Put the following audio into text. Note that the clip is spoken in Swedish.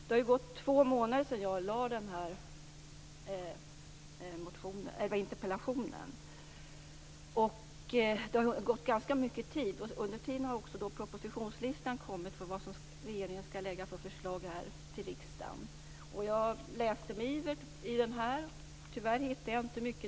Det har gått två månader sedan jag lade fram interpellationen. Det har gått ganska lång tid, och under tiden har propositionslistan kommit som visar vad regeringen skall lägga fram för förslag till riksdagen. Jag läste med iver i den. Tyvärr hittar jag inte mycket.